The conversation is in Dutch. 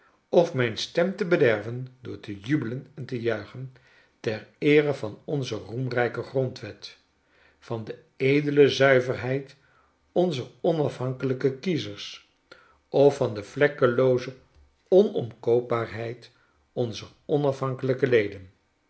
of mijn stem te bederven door te jubelen en te juichen ter eere van onze roemrijke grondwet van de edele zuiverheid onzer onafhankelijke'kiezers of van de vlekkelooze onomkoopbaarheid onzer onaf hankelyke leden